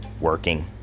Working